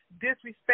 disrespect